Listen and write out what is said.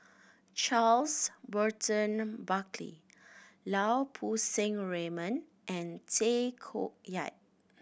Charles Burton Buckley Lau Poo Seng Raymond and Tay Koh Yat